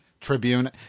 Tribune